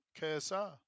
KSI